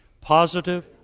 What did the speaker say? Positive